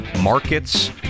markets